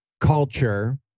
Culture